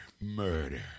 murder